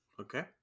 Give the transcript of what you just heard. Okay